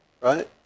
right